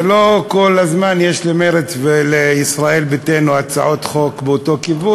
לא כל הזמן יש למרצ ולישראל ביתנו הצעות חוק באותו כיוון,